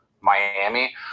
Miami